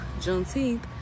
juneteenth